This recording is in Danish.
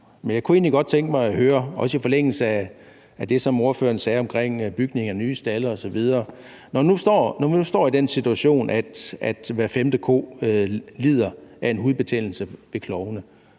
Men jeg kunne egentlig godt tænke mig at høre, også i forlængelse af det, som ordføreren sagde omkring bygning af nye stalde osv.: Når vi nu står i den situation, at hver femte ko lider af hudbetændelse ved klovene,